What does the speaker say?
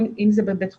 אם זה בבית חולים,